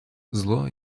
зло